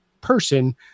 person